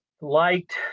liked